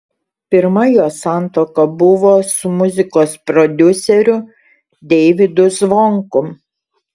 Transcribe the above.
pirma jos santuoka buvo su muzikos prodiuseriu deivydu zvonkum